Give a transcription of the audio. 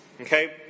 Okay